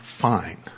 fine